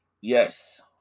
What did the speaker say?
Yes